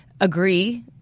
agree